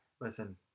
listen